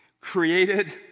created